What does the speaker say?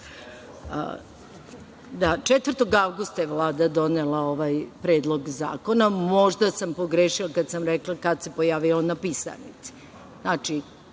avgusta je Vlada donela ovaj Predlog zakona. Možda sam pogrešila kada sam rekla kada se pojavio na pisarnici.